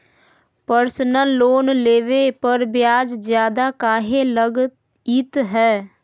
Personal loan लेबे पर ब्याज ज्यादा काहे लागईत है?